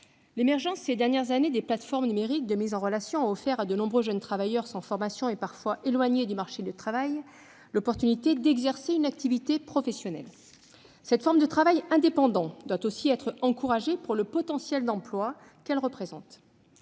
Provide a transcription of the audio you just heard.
l'émergence ces dernières années des plateformes numériques de mise en relation a offert à de nombreux jeunes travailleurs sans formation, et parfois éloignés du marché du travail, l'opportunité d'exercer une activité professionnelle. Cette forme de travail indépendant doit ainsi être encouragée pour le potentiel d'emploi qu'elle représente.